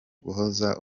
guhuza